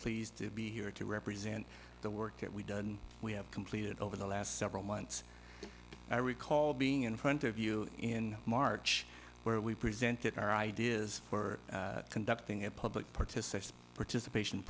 pleased to be here to represent the work that we've done we have completed over the last several months i recall being in front of you in march where we presented our ideas for conducting a public participation participation